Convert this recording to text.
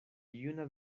juna